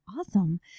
Awesome